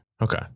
Okay